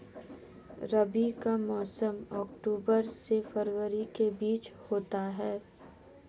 रबी का मौसम अक्टूबर से फरवरी के बीच होता है